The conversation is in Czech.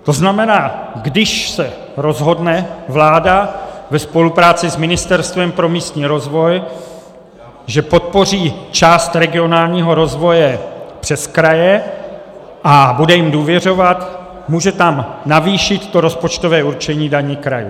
To znamená, když se rozhodne vláda ve spolupráci s Ministerstvem pro místní rozvoj, že podpoří část regionálního rozvoje přes kraje, a bude jim důvěřovat, může tam navýšit rozpočtové určení daní krajů.